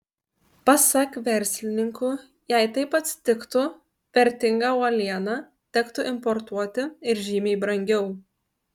pasak verslininkų jei taip atsitiktų vertingą uolieną tektų importuoti ir žymiai brangiau